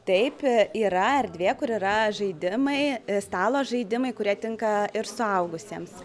taip yra erdvė kur yra žaidimai stalo žaidimai kurie tinka ir suaugusiems